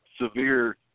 severe